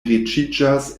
riĉiĝas